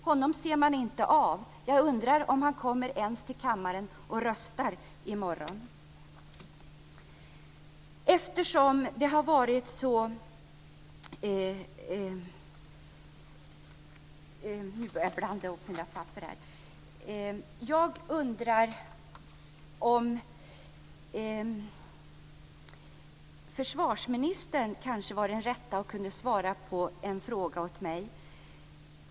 Honom ser man inte här. Jag undrar om han ens kommer till kammaren och röstar i morgon. Jag undrar om försvarsministern kanske vore den rätte att svara på en fråga från mig.